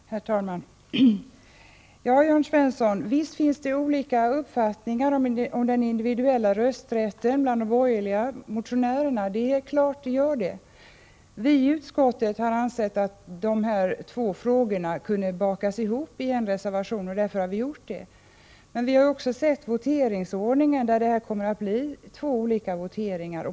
Herr talman! Ja, Jörn Svensson, visst finns det olika uppfattningar om den individuella rösträtten bland de borgerliga motionärerna. Det är helt klart. Viiutskottet har ansett att de två frågorna kunde bakas ihop i en reservation, och därför har vi gjort det. Men vi har också sett voteringsordningen. Det kommer att bli två olika voteringar.